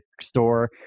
store